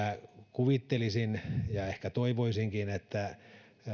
kuvittelisin ja ehkä toivoisinkin että